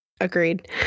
Agreed